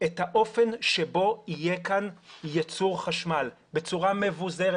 את האופן שבו יהיה כאן ייצור חשמל בצורה מבוזרת.